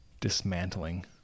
dismantling